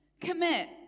Commit